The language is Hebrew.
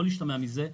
יכול להשתמע מזה,